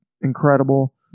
incredible